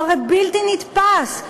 הוא הרי בלתי נתפס.